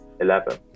eleven